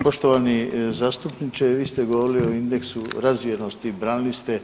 Poštovani zastupniče, vi ste govorili o indeksu razvijenosti, branili ste